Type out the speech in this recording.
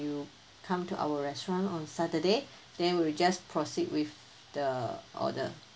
you come to our restaurant on saturday then we'll just proceed with the order